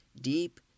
deep